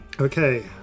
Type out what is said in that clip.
okay